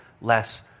less